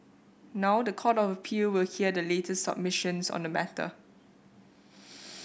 now the Court of Appeal will hear the latest submissions on the matter